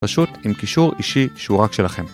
פשוט עם קישור אישי שהוא רק שלכם.